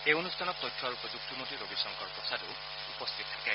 এই অনুষ্ঠানত তথ্য আৰু প্ৰযুক্তি মন্ত্ৰী ৰবি শংকৰ প্ৰসাদো উপস্থিত থাকে